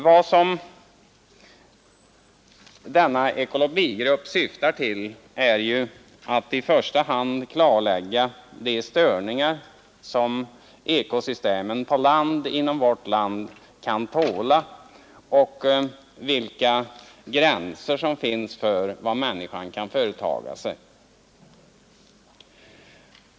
Vad denna ekologigrupp syftar till är ju att i första hand klarlägga de störningar som ekosystemen på land i Sverige kan tåla och vilka gränser som finns för vad människan kan företa sig.